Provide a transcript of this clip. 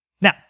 Now